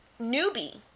newbie